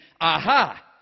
Aha